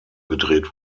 gedreht